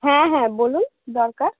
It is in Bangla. হ্যাঁ হ্যাঁ বলুন কী দরকার